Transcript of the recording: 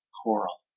coral,